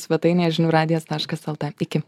svetainėje žinių radijas taškas lt iki